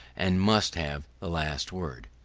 and must have the last word.